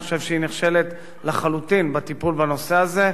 אני חושב שהיא נכשלת לחלוטין בטיפול בנושא הזה,